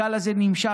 הגל הזה נמשך,